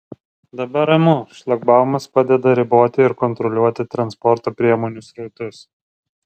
dabar ramu šlagbaumas padeda riboti ir kontroliuoti transporto priemonių srautus